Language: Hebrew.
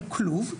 הוא כלוב,